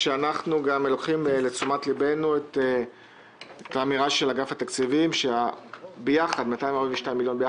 אנחנו גם לוקחים לתשומת לבנו את האמירה של אגף התקציבים ש-242 מיליון,